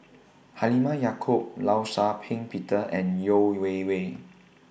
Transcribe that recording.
Halimah Yacob law Shau Ping Peter and Yeo Wei Wei